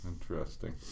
interesting